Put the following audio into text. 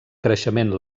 creixement